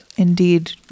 Indeed